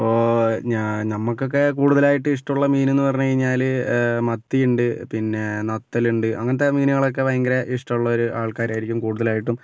ഇപ്പോൾ ഞാൻ നമുക്കൊക്കെ കൂടുതലായിട്ടും ഇഷ്ടമുള്ള മീൻ എന്ന് പറഞ്ഞ് കഴിഞ്ഞാല് മത്തി ഉണ്ട് പിന്നെ നത്തൽ ഉണ്ട് അങ്ങനത്തെ മീനുകൾ ഓക്കെ ഭയങ്കര ഇഷ്ടമുള്ള ഒരു ആൾക്കാരായിരിക്കും കൂടുതലായിട്ടും